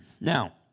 Now